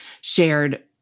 shared